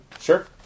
Sure